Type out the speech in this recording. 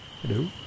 Hello